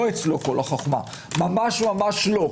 ממש לא.